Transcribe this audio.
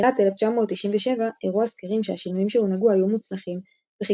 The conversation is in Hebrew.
בתחילת 1997 הראו הסקרים שהשינויים שהונהגו היו מוצלחים וכי